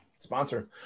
Sponsor